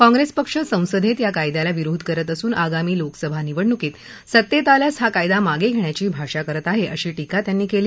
काँग्रेस पक्ष संसदेत या कायद्याला विरोध करत असून आगामी लोकसभा निवडणुकीत सत्तेत आल्यास हा कायदा मागे घेण्याची भाषा करत आहे अशी टीका त्यांनी केली